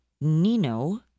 Nino